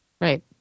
Right